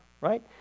right